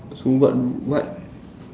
so what what